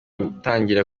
gutangira